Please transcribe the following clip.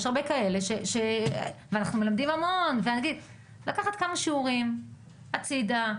צריך לקחת כמה שיעורים הצידה,